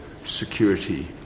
security